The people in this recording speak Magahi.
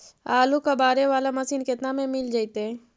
आलू कबाड़े बाला मशीन केतना में मिल जइतै?